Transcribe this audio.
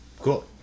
cool